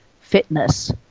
fitness